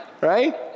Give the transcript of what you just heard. Right